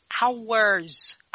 hours